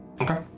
Okay